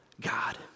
God